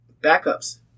backups